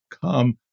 come